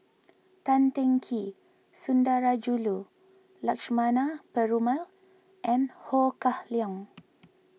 Tan Teng Kee Sundarajulu Lakshmana Perumal and Ho Kah Leong